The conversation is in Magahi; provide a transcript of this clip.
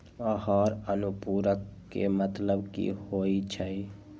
आहार अनुपूरक के मतलब की होइ छई?